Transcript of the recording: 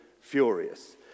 furious